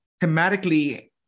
thematically